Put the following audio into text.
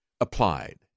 applied